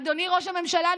אדוני ראש הממשלה.